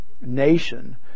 nation